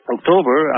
October